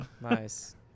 Nice